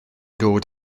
dod